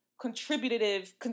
Contributive